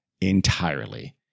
entirely